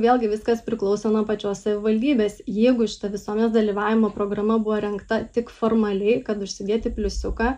vėlgi viskas priklauso nuo pačios savivaldybės jeigu šita visuomenės dalyvavimo programa buvo rengta tik formaliai kad užsidėti pliusiuką